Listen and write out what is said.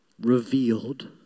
revealed